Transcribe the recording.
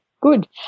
good